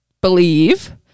believe